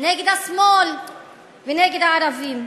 נגד השמאל ונגד הערבים.